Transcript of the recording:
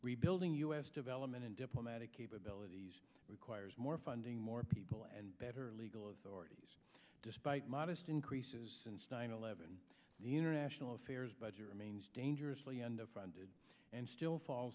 rebuilding us development and diplomatic capabilities requires more funding more people and better legal authorities despite modest increases since nine eleven the international affairs budget remains dangerously underfunded and still fall